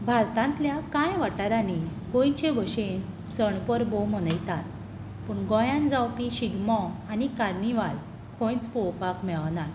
भारतांतल्या कांय वाठारांनी गोंयचे भशेन सण परबो मनयतात पूण गोंयांत जावपी शिगमो आनी कार्निवाल खंयच पळोवपाक मेळनात